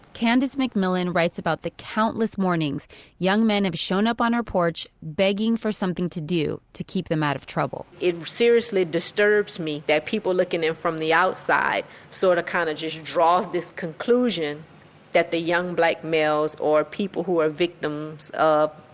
candince mcmillian writes about the countless mornings young men have showed up on her porch begging for something to do to keep them out of trouble it seriously disturbs me that people looking in from the outside sort of kind of draws this conclusion that the young black males or the people who are victims of